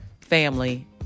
family